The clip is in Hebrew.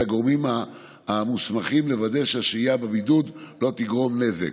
הגורמים המוסמכים לוודא שהשהייה בבידוד לא תגרום נזק,